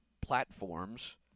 platforms